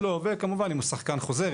וכמובן אם השחקן חוזר,